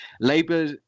Labour